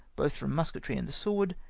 both from musketry and the sword,